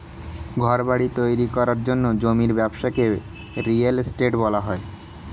ঘরবাড়ি তৈরি করার জন্য জমির ব্যবসাকে রিয়েল এস্টেট বলা হয়